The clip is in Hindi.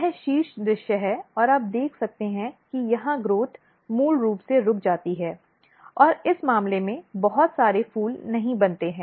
यह शीर्ष दृश्य है और आप देख सकते हैं कि यहां ग्रोथ मूल रूप से रुक जाती है और इस मामले में बहुत सारे फूल नहीं बनते हैं